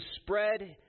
spread